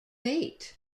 eight